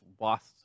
lost